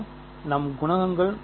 இது நம் குணகங்கள்